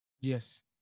Yes